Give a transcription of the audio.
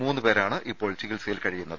മൂന്ന് പേരാണ് ഇപ്പോൾ ചികിത്സയിൽ കഴിയുന്നത്